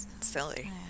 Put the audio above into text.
Silly